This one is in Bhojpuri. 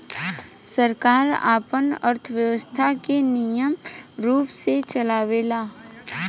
सरकार आपन अर्थव्यवस्था के निमन रूप से चलावेला